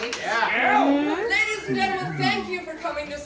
thank you for coming